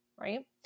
right